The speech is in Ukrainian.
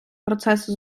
процеси